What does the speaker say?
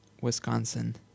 Wisconsin